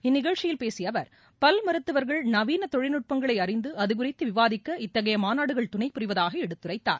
இந்நிகழ்ச்சியில் பேசிய அவர் பல் மருத்துவர்கள் நவீன தொழில்நுட்பங்களை அறிந்து அது குறித்து விவாதிக்க இத்தகைய மாநாடுகள் துணைபுரிவதாக எடுத்துரைத்தார்